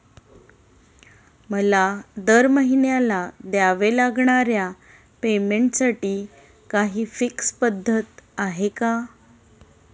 मला दरमहिन्याला द्यावे लागणाऱ्या पेमेंटसाठी काही फिक्स पद्धत आहे का?